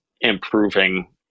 improving